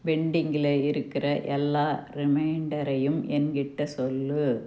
பெண்டிங்கில் இருக்கிற எல்லா ரிமைண்டரையும் என்கிட்டே சொல்